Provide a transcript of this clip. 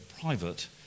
private